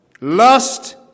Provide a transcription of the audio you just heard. lust